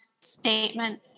statement